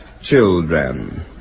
children